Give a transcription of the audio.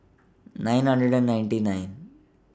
nine hundred and ninety nine